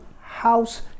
house